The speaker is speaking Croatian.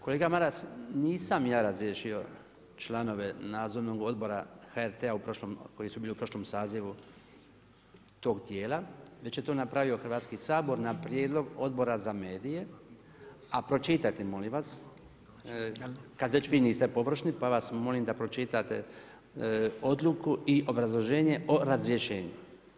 Kolega Maras, nisam ja razriješio članove nadzornog odbora HRT-a koji su bili u prošlom sazovu tog tijela već je to napravio Hrvatski sabor na prijedlog Odbora za medije a pročitajte molim vas, kad već vi niste površni, pa vas molim da pročitate odluku i obrazloženje o razrješenju.